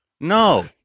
No